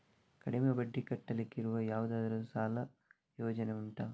ಕಡಿಮೆ ಬಡ್ಡಿ ಕಟ್ಟಲಿಕ್ಕಿರುವ ಯಾವುದಾದರೂ ಸಾಲ ಯೋಜನೆ ಉಂಟಾ